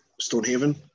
Stonehaven